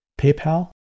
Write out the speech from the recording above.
PayPal